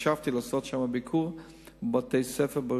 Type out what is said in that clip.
חשבתי לעשות ביקור בבתי-ספר,